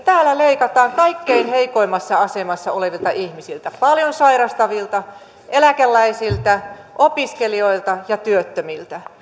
leikataan kaikkein heikoimmassa asemassa olevilta ihmisiltä paljon sairastavilta eläkeläisiltä opiskelijoilta ja työttömiltä